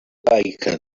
bacon